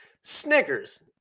Snickers